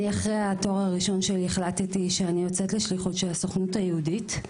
אחרי התואר הראשון שלי החלטתי שאני יוצאת לשליחות של הסוכנות היהודית,